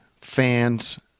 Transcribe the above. fans